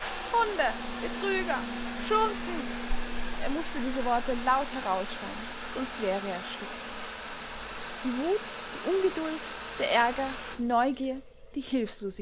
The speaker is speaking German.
hunde betrüger schurken er mußte diese worte laut herausschreien sonst wäre er erstickt die wut die ungeduld der ärger die neugier die